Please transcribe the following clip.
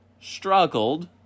struggled